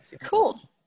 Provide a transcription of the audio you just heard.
cool